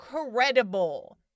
Incredible